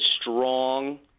strong